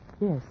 Yes